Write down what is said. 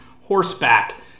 horseback